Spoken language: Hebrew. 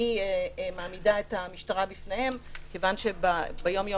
שהיא מעמידה את המשטרה בפניהם כיוון שביומיום